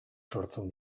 sortzen